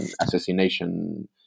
assassination